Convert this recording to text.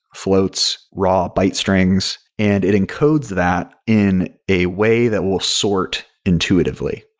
floats, raw bites strings, and it encodes that in a way that will sort intuitively.